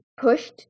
pushed